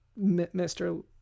mr